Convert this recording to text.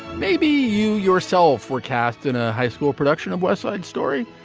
maybe you yourself were cast in a high school production of west side story.